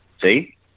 See